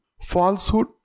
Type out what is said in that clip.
Falsehood